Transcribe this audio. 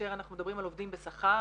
כאשר אנחנו מדברים על עובדים בשכר,